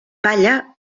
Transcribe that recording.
palla